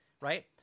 right